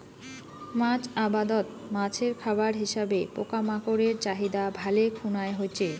মাছ আবাদত মাছের খাবার হিসাবে পোকামাকড়ের চাহিদা ভালে খুনায় হইচে